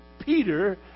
Peter